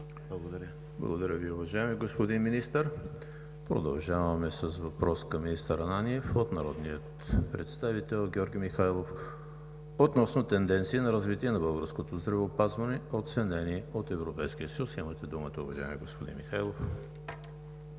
Благодаря Ви, уважаеми господин Министър. Продължаваме с въпрос към министър Ананиев от народния представител Георги Михайлов относно тенденции на развитие на българското здравеопазване, оценени от Европейския съюз. Имате думата, уважаеми господин Михайлов.